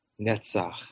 netzach